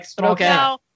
Okay